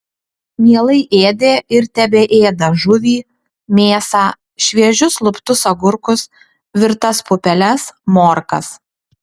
mielai ėdė ir tebeėda žuvį mėsą šviežius luptus agurkus virtas pupeles morkas